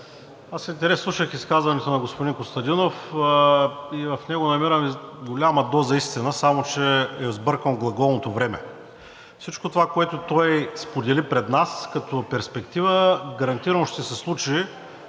Аз с интерес слушах изказването на господин Костадинов и в него намирам голяма доза истина, само че е сбъркано глаголното време. Всичко това, което той сподели пред нас като перспектива, гарантирано ще се случи,